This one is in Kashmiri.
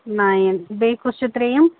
نایِن بیٚیہِ کُس چھُو ترٛیٚیِم